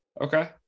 Okay